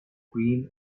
green